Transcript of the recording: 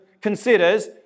considers